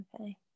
Okay